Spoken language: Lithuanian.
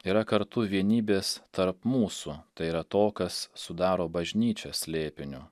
yra kartu vienybės tarp mūsų tai yra to kas sudaro bažnyčios slėpiniu